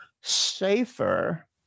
safer